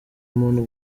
umuntu